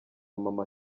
mama